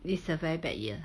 this a very bad year